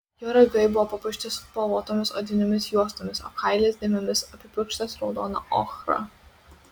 jo ragai buvo papuošti spalvotomis odinėmis juostomis o kailis dėmėmis apipurkštas raudona ochra